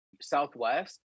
Southwest